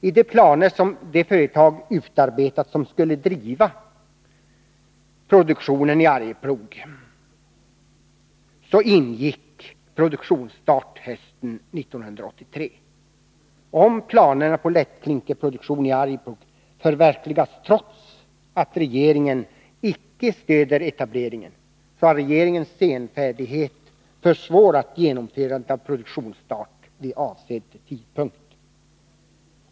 I de planer som det företag utarbetat som skulle driva produktionen i Arjeplog ingick produktionsstart hösten 1983. Om planerna på lättklinkerproduktion i Arjeplog förverkligas, trots att regeringen icke stöder etableringen, har regeringens senfärdighet försvårat genomförandet av produktionsstart vid avsedd tidpunkt.